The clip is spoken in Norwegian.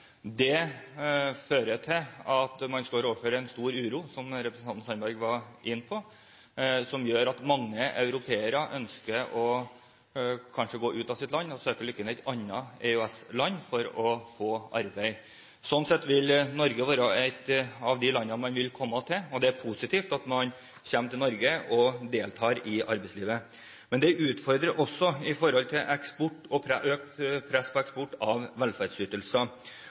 Det fører til at man står overfor en stor uro, som representanten Sandberg var inne på, og som gjør at mange europeere kanskje ønsker å dra fra landet sitt og søke lykken i et annet EØS-land for å få arbeid. Sånn sett vil Norge være et av de landene man vil komme til. Det er positivt at man kommer til Norge og deltar i arbeidslivet. Men det utfordrer også, med økt press på eksport